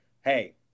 hey